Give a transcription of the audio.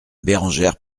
bérengère